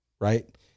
Right